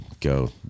go